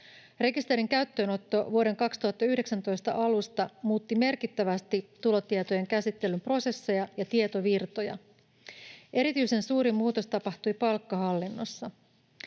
Rekisterin käyttöönotto vuoden 2019 alusta muutti merkittävästi tulotietojen käsittelyn prosesseja ja tietovirtoja. Erityisen suuri muutos tapahtui palkkahallinnossa.